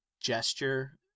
gesture